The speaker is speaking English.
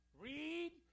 read